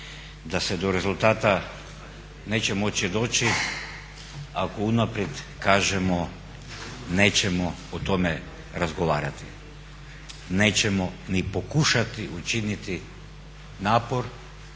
da se do rezultata neće moći doći ako unaprijed kažemo nećemo o tome razgovarati, nećemo ni pokušati učiniti napor